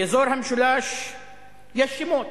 באזור המשולש יש שמות,